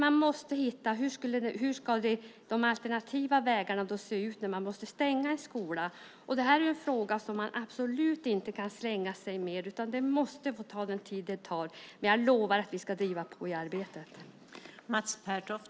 Man måste få fram hur de alternativa vägarna ska se ut om en skola måste stängas. Det är en fråga som man absolut inte kan svänga sig med. Den måste få ta den tid den tar. Jag lovar att vi ska driva på i arbetet.